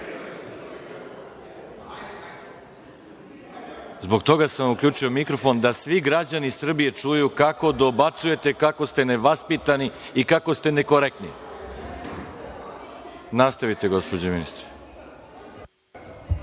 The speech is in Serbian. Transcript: Zbog toga sam vam uključio mikrofon, da svi građani čuju kako dobacujete, kako ste nevaspitani i kako ste nekorektni. Nastavite, gospođo ministar.